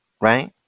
right